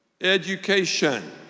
education